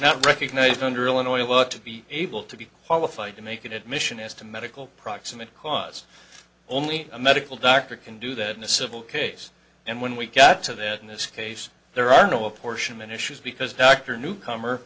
not recognized under illinois law to be able to be qualified to make an admission as to medical proximate cause only a medical doctor can do that in a civil case and when we got to that in this case there are no apportionment issues because dr newcomer